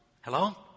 Hello